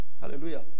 Hallelujah